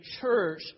church